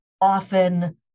often